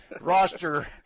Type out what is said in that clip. roster